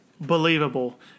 believable